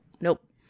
Nope